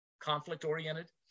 conflict-oriented